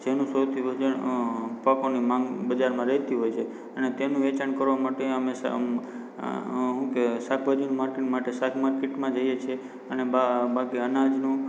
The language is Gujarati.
જેના સૌથી વજન અઅ પાકોની માગ બજારમાં રહેતી હોય છે અને તેનું વેચાણ કરવા માટે અમે અ અ શું કહેવાય શાકભાજી માર્કેટ માટે શાક માર્કેટમાં જઈએ છીએ અને બાકી અનાજનું